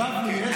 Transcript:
לבבלי יש,